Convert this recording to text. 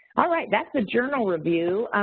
alright, that's the journal review,